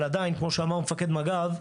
אבל עדיין, כמו שאמר מפקד מג"ב,